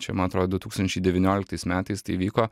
čia man atrodo du tūkstančiai devynioliktais metais tai vyko